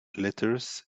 letters